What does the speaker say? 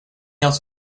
else